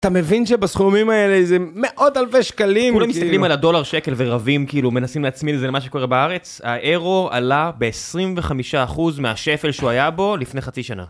אתה מבין שבסכומים האלה זה מאות אלפי שקלים? כולם מסתכלים על הדולר שקל ורבים, כאילו מנסים להצמיד את זה למה שקורה בארץ. האירו עלה ב-25% מהשפל שהוא היה בו לפני חצי שנה.